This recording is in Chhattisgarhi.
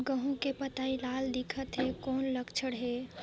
गहूं के पतई लाल दिखत हे कौन लक्षण हे?